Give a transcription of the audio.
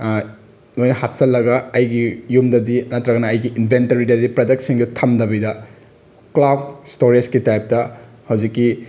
ꯂꯣꯏꯅ ꯍꯞꯆꯤꯜꯂꯒ ꯑꯩꯒꯤ ꯌꯨꯝꯗꯗꯗꯤ ꯅꯠꯇ꯭ꯔꯒꯅ ꯑꯩꯒꯤ ꯏꯟꯚꯦꯟꯇꯔꯤꯗꯗꯤ ꯄ꯭ꯔꯗꯛꯁꯤꯡꯁꯦ ꯊꯝꯗꯕꯤꯗ ꯀ꯭ꯂꯥꯎꯠ ꯁ꯭ꯇꯣꯔꯦꯁꯀꯤ ꯇꯥꯏꯞꯇ ꯍꯧꯖꯤꯛꯀꯤ